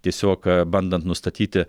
tiesiog bandant nustatyti